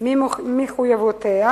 ממחויבויותיה